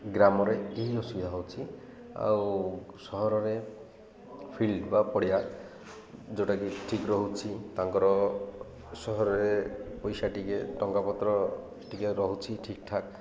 ଗ୍ରାମରେ ଏହି ଅସୁବିଧା ହେଉଛି ଆଉ ସହରରେ ଫିଲ୍ଡ ବା ପଡ଼ିଆ ଯେଉଁଟାକି ଠିକ୍ ରହୁଛି ତାଙ୍କର ସହରରେ ପଇସା ଟିକେ ଟଙ୍କା ପତ୍ର ଟିକେ ରହୁଛି ଠିକ୍ ଠାକ୍